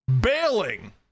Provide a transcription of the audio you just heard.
bailing